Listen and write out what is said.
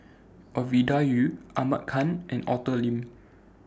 Ovidia Yu Ahmad Khan and Arthur Lim